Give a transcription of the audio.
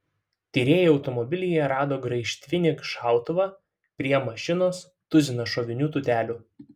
tyrėjai automobilyje rado graižtvinį šautuvą prie mašinos tuziną šovinių tūtelių